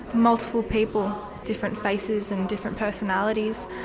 multiple people, different faces and different personalities,